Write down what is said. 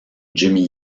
jimmy